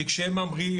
כי כשהם ממריאים,